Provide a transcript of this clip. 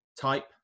type